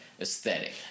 aesthetic